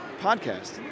podcast